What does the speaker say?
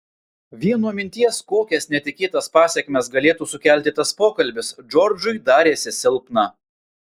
vien nuo minties kokias netikėtas pasekmes galėtų sukelti tas pokalbis džordžui darėsi silpna